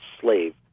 slave